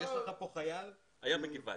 יש לך כאן חייל שהיה בגבעתי.